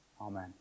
Amen